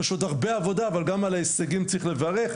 יש עוד הרבה עבודה אבל גם על ההישגים צריך לברך.